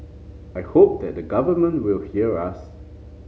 I hope that the government will hear us